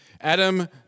Adam